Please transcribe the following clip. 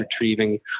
retrieving